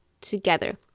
together